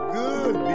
good